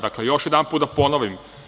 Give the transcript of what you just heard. Dakle, još jedanput da ponovim.